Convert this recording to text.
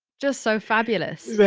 just so fabulous